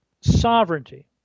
sovereignty